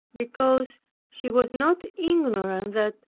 because she was not ignorant that,